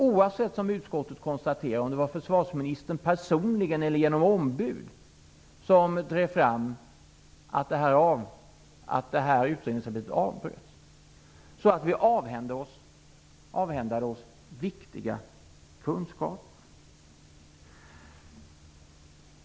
Oavsett om det var försvarsministern personligen eller hans ombud, som utskottet konstaterar, som drev fram att det här utredningsarbetet avbröts var det utan tvekan så att vi avhände oss viktiga kunskaper.